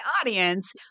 audience